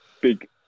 big